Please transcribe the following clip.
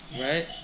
right